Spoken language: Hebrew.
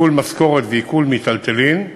עיקול משכורות ועיקול מיטלטלין,